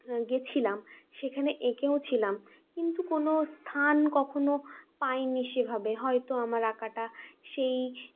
গেছিলাম সেখানে এঁকেও ছিলাম কিন্তু কোনও স্থান কখনও পায়নি সেভাবে হয়ত আমার আঁকাটা সেই